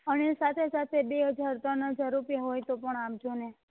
અને સાથે સાથે બે હજાર ત્રણ હજાર રૂપિયા હોય તો પણ આપજોને